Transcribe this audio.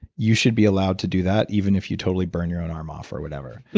you should be allowed to do that even if you totally burn your own arm off or whatever.